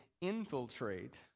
infiltrate